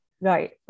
Right